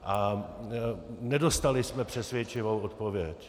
A nedostali jsme přesvědčivou odpověď.